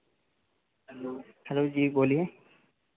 hello hello जी बोलिए